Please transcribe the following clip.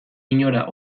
inora